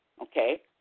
okay